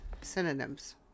synonyms